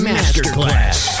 Masterclass